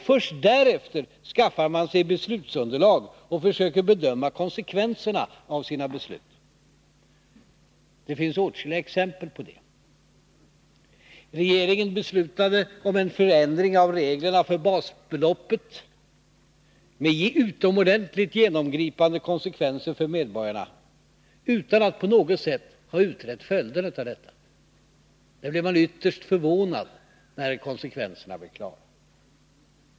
Först därefter skaffar man sig beslutsunderlag och försöker bedöma konsekvenserna av sina beslut. Det finns åtskilliga exempel på det. Regeringen beslutade om en förändring av reglerna för basbeloppet med utomordentligt genomgripande konsekvenser för medborgarna, utan att på något sätt ha utrett följderna av detta. Man blev ytterst förvånad när konsekvenserna blev klara.